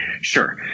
sure